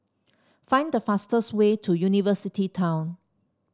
find the fastest way to University Town